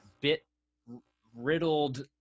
bit-riddled